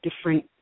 different